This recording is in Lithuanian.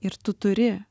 ir tu turi